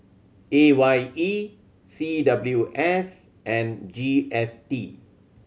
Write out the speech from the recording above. A Y E C W S and G S T